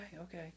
okay